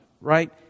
Right